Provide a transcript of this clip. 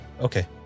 Okay